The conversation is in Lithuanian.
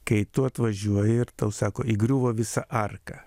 kai tu atvažiuoji ir tau sako įgriuvo visa arka